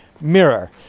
mirror